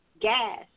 gas